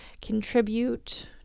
contribute